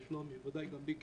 בוודאי גם לי, כי